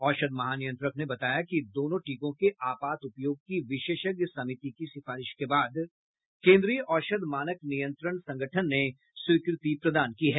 औषध महानियंत्रक ने बताया कि दोनों टीकों के आपात उपयोग की विशेषज्ञ समिति की सिफारिश के बाद केन्द्रीय औषध मानक नियंत्रण संगठन ने स्वीकृति प्रदान की है